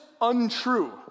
untrue